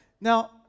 Now